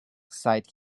seit